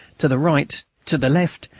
to the right, to the left,